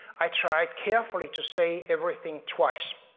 i tried carefully to say everything twice